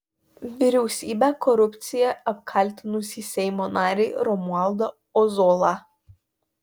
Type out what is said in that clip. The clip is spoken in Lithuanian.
vyriausybę korupcija apkaltinusį seimo narį romualdą ozolą